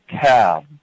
cab